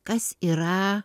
kas yra